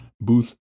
Booth